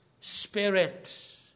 spirit